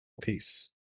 Peace